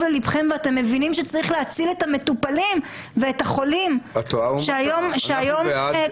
לליבכם ואתם מבינים שצריך להציל את המטופלים ואת החולים שהיום קורסים,